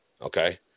Okay